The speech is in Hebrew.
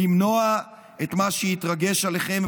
למנוע את מה שהתרגש עליכם,